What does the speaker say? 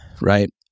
right